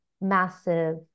massive